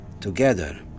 together